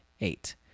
eight